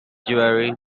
jewellery